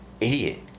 idiot